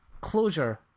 closure